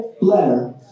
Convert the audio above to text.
letter